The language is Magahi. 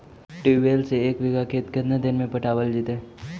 ट्यूबवेल से एक बिघा खेत केतना देर में पटैबए जितै?